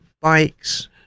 bikes